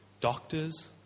doctors